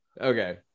Okay